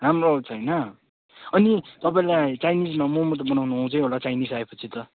राम्रो आउँछ होइन अनि तपाईँलाई चाइनिजमा मोमो त बनाउनु आउँछै होला चाइनिज आएपछि त